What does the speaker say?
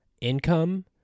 income